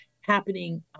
happening